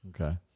Okay